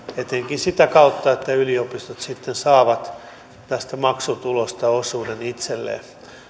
etenkin sitä kautta että yliopistot sitten saavat tästä maksutulosta osuuden itselleen